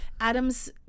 Adam's